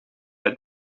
het